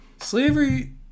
slavery